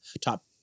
top